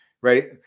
Right